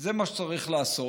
זה מה שצריך לעשות.